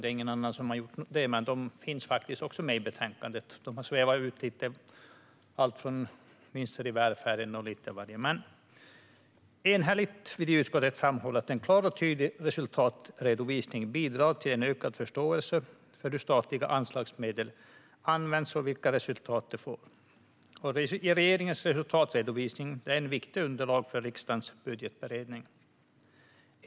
Det är ingen annan som har gjort det, men de finns också med i betänkandet. Enhälligt vill utskottet framhålla att en klar och tydlig resultatredovisning bidrar till en ökad förståelse för hur statliga anslagsmedel används och vilka resultat de får. Regeringens resultatredovisning är ett viktigt underlag för riksdagens budgetberedning.